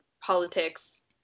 politics